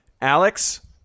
Alex